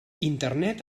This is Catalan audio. internet